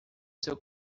seu